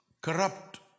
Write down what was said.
corrupt